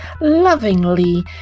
lovingly